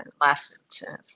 lasted